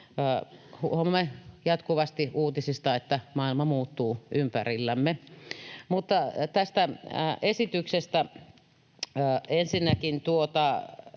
Huomaamme jatkuvasti uutisista, että maailma muuttuu ympärillämme. Mutta tästä esityksestä. Ensinnäkin,